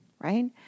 right